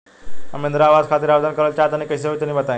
हम इंद्रा आवास खातिर आवेदन करल चाह तनि कइसे होई तनि बताई?